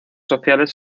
sociales